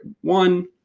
one